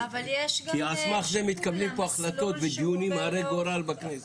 כי על סמך זה מתקבלים פה החלטות ודיונים הרי גורל בכנסת.